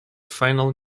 final